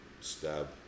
stab